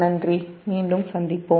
நன்றி மீண்டும் சந்திப்போம்